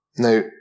Now